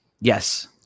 Yes